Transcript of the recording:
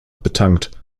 betankt